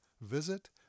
visit